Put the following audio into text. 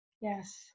yes